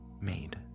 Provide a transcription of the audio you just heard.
made